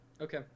Okay